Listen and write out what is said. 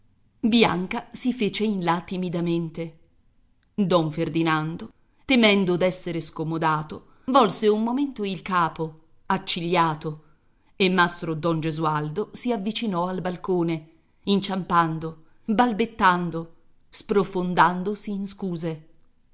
bianca si fece in là timidamente don ferdinando temendo d'esser scomodato volse un momento il capo accigliato e mastro don gesualdo si avvicinò al balcone inciampando balbettando sprofondandosi in scuse